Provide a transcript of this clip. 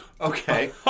Okay